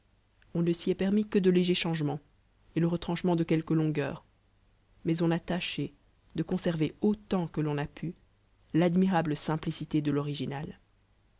on ne e'y est permis que de légers changeinents et le retranchement de quelqnes fonpeursi mais on a tacbé de conserver autant que l'on a pu admirable simplicité de l'original